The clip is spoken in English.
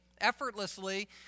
effortlessly